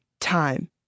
time